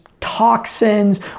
toxins